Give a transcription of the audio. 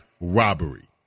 robbery